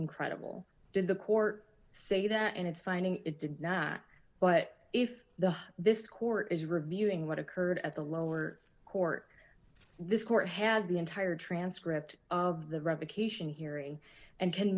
incredible did the court say that in its finding it did not but if the this court is reviewing what occurred at the lower court this court has the entire transcript of the revocation hearing and c